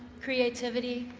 creativity,